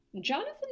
Jonathan